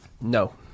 No